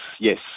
yes